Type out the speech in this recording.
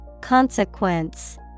Consequence